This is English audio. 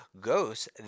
Ghosts